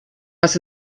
was